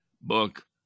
book